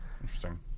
Interesting